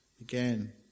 Again